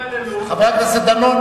חבר הכנסת דנון,